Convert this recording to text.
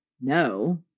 no